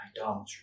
idolatry